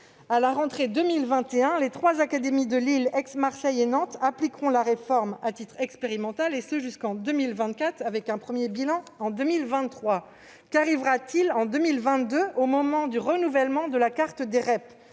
À la rentrée 2021, les trois académies de Lille, Aix-Marseille et Nantes appliqueront la réforme à titre expérimental, et ce jusqu'en 2024, avec un premier bilan tiré en 2023. Qu'arrivera-t-il en 2022 au moment du renouvellement de la carte des REP ?